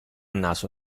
naso